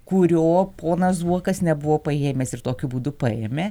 kurio ponas zuokas nebuvo paėmęs ir tokiu būdu paėmė